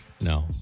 No